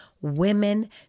women